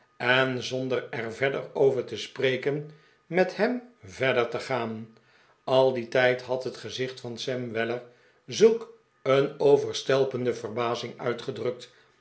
en zonder er verder over te spreken met hem verder te gaan al dien tijd had het gezicht van sam weller zulk een overstelpende verbazing uitgedrukt